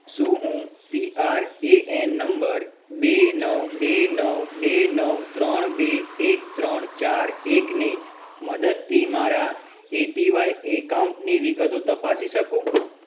શું હું P R A N નંબર બે નવ બે નવ બે નવ ત્રણ બે એક ત્રણ ચાર એકની મદદથી મારા એ પી વાય ઍકાઉન્ટની વિગતો તપાસી શકું